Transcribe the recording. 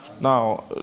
Now